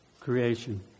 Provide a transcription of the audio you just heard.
creation